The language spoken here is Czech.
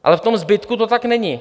Ale v tom zbytku to tak není.